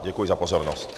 Děkuji za pozornost.